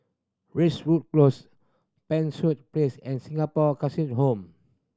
Racewood Close Pen Place and Singapore Home